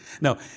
No